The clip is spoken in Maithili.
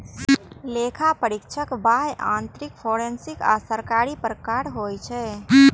लेखा परीक्षक बाह्य, आंतरिक, फोरेंसिक आ सरकारी प्रकारक होइ छै